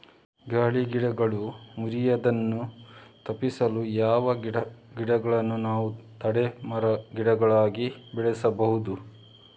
ಗಾಳಿಗೆ ಗಿಡಗಳು ಮುರಿಯುದನ್ನು ತಪಿಸಲು ಯಾವ ಗಿಡಗಳನ್ನು ನಾವು ತಡೆ ಮರ, ಗಿಡಗಳಾಗಿ ಬೆಳಸಬಹುದು?